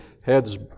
heads